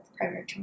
primary